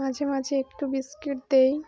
মাঝে মাঝে একটু বিস্কিট দিই